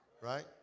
Right